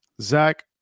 Zach